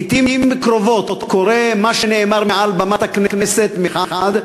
לעתים קרובות קורה שנאמר מעל במת הכנסת מחד גיסא,